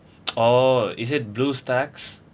oh is it bluestacks